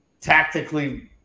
tactically